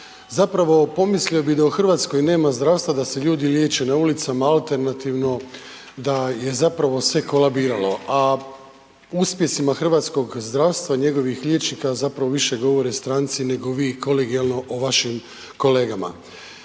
zapravo pomislio bi da u Hrvatskoj nema zdravstva, da se ljudi liječe na ulicama, alternativno, da je zapravo sve kolabiralo a o uspjesima hrvatskog zdravstva i njegovih liječnika zapravo više govore stranci nego vi kolegijalno o vašim kolegama.